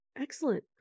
excellent